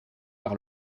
par